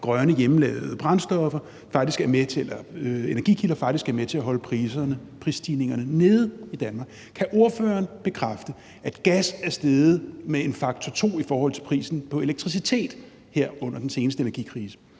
grønne, hjemmelavede energikilder, faktisk er med til at holde prisstigningerne nede i Danmark. Kan ordføreren bekræfte, at gas er steget med en faktor to i forhold til prisen på elektricitet her under den seneste energikrise?